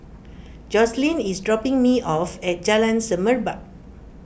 Jocelyn is dropping me off at Jalan Semerbak